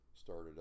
started